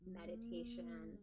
meditation